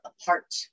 apart